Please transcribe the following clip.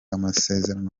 amasezerano